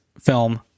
film